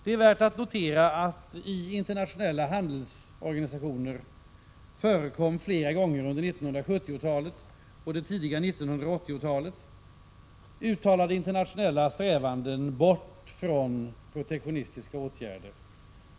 Det är värt att notera att det i internationella handelsorganisationer flera gånger under 1970-talet och det tidiga 1980-talet förekom uttalade internationella strävanden i riktning bort från protektionistiska åtgärder.